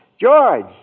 George